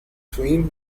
تواین